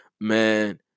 man